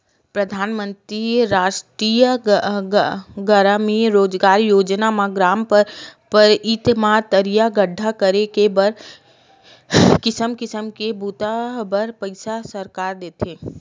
परधानमंतरी रास्टीय गरामीन रोजगार योजना म ग्राम पचईत म तरिया गड्ढ़ा करे के बर किसम किसम के बूता बर पइसा सरकार देथे